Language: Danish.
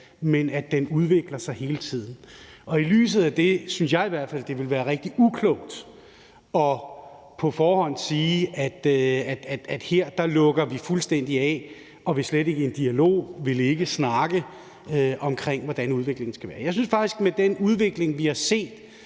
men at den udvikler sig hele tiden. I lyset af det synes jeg i hvert fald, det ville være rigtig uklogt på forhånd at sige, at her lukker vi fuldstændig af, vil slet ikke i dialog og vil ikke snakke om, hvordan udviklingen skal være. Jeg synes faktisk, at i forbindelse med den udvikling, vi har set,